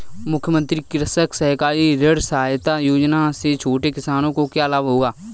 मुख्यमंत्री कृषक सहकारी ऋण सहायता योजना से छोटे किसानों को क्या लाभ होगा?